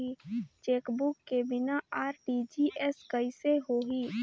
Chequebook के बिना RTGS कइसे होही?